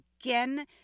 again